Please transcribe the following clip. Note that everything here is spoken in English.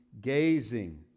gazing